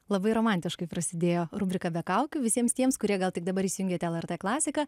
labai romantiškai prasidėjo rubrika be kaukių visiems tiems kurie gal tik dabar įsijungiate lrt klasiką